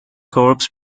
corps